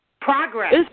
Progress